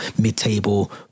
mid-table